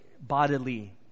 bodily